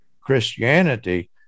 Christianity